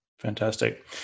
Fantastic